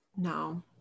No